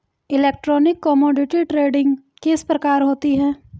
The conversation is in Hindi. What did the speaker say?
इलेक्ट्रॉनिक कोमोडिटी ट्रेडिंग किस प्रकार होती है?